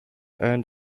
earned